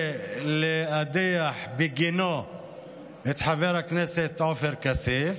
להדיח בגינו את חבר הכנסת עופר כסיף,